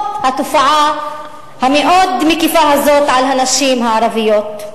התופעה המאוד-מקיפה הזאת על הנשים הערביות.